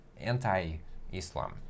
anti-Islam